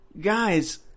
guys